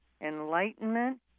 enlightenment